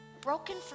broken